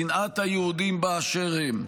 שנאת היהודים באשר הם,